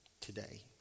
today